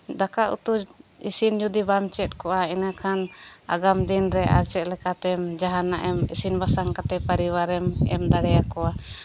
ᱫᱟᱠᱟ ᱩᱛᱩ ᱤᱥᱤᱱ ᱡᱩᱫᱤ ᱵᱟᱢ ᱪᱮᱫ ᱠᱚᱜᱼᱟ ᱤᱱᱟᱹ ᱠᱷᱟᱱ ᱟᱜᱟᱢ ᱫᱤᱱ ᱨᱮ ᱟᱨ ᱪᱮᱫ ᱞᱮᱠᱟᱛᱮᱢ ᱡᱟᱦᱟᱱᱟᱜ ᱮᱢ ᱤᱥᱤᱱ ᱵᱟᱥᱟᱝ ᱠᱟᱛᱮᱢ ᱯᱚᱨᱤᱵᱟᱨᱮᱢ ᱮᱢ ᱫᱟᱲᱮ ᱟᱠᱚᱣᱟ